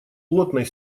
плотной